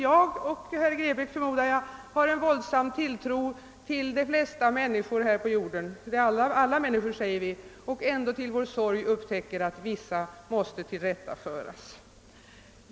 Jag — och jag förmodar även herr Grebäck — hyser tilltro till de flesta människor på denna jord, och ändå upptäcker vi till vår sorg att vissa måste tillrättaföras.